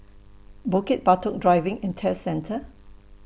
Bukit Batok Driving and Test Centre